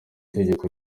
itegeko